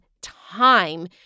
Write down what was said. time